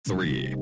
Three